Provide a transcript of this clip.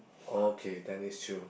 okay then is true